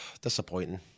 disappointing